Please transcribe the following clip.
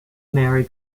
mary